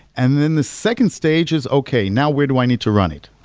and then the second stage is okay, now where do i need to run it?